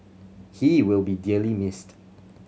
he will be dearly missed